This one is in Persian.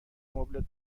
مبلت